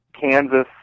Kansas